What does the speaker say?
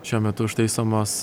šiuo metu užtaisomos